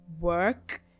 work